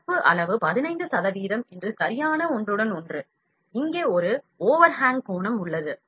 நிரப்பு அளவு 15 சதவிகிதம் என்று சரியான ஒன்றுடன் ஒன்று இங்கே ஒரு ஓவர்ஹாங் கோணம் உள்ளது